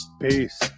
Peace